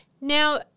Now